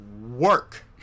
work